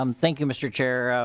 um thank you mr. chair.